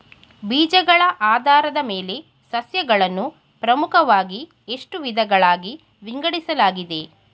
ಬೀಜಗಳ ಆಧಾರದ ಮೇಲೆ ಸಸ್ಯಗಳನ್ನು ಪ್ರಮುಖವಾಗಿ ಎಷ್ಟು ವಿಧಗಳಾಗಿ ವಿಂಗಡಿಸಲಾಗಿದೆ?